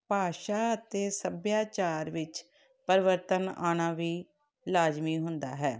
ਭਾਸ਼ਾ ਅਤੇ ਸੱਭਿਆਚਾਰ ਵਿੱਚ ਪਰਿਵਰਤਨ ਆਉਣਾ ਵੀ ਲਾਜ਼ਮੀ ਹੁੰਦਾ ਹੈ